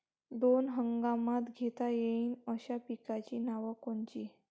दोनी हंगामात घेता येईन अशा पिकाइची नावं कोनची?